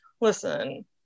listen